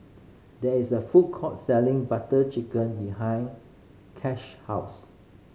there is a food court selling Butter Chicken behind Kash house